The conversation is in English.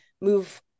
move